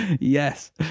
Yes